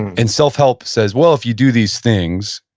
and self-help says, well, if you do these things,